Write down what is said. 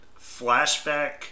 flashback